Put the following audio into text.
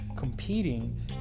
Competing